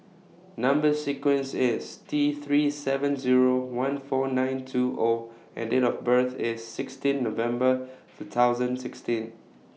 Number sequence IS T three seven Zero one four nine two O and Date of birth IS sixteen November two thousand sixteen